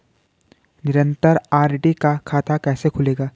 निरन्तर आर.डी का खाता कैसे खुलेगा?